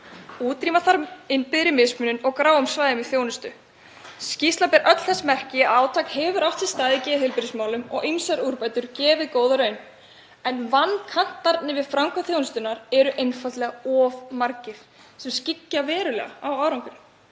Útrýma þarf innbyggðri mismunun og gráum svæðum í þjónustu. Skýrslan ber öll þess merki að átak hefur átt sér stað í geðheilbrigðismálum og ýmsar úrbætur gefið góða raun en vankantarnir við framkvæmd þjónustunnar eru einfaldlega of margir sem skyggja verulega á árangurinn.